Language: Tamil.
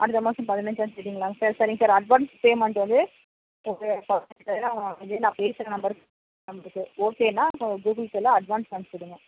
அடுத்த மாதம் பதினஞ்சாம் தேதிங்களாங்க சார் சரிங்க சார் அட்வான்ஸ் பேமெண்ட் வந்து நான் பேசுகிற நம்பர் ஓகேனால் இப்போ கூகுள் பேயில் அட்வான்ஸ் அமுச்சுடுங்க